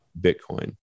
Bitcoin